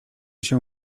się